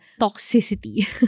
toxicity